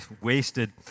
wasted